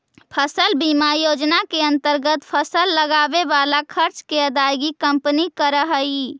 फसल बीमा योजना के अंतर्गत फसल लगावे वाला खर्च के अदायगी कंपनी करऽ हई